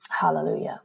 Hallelujah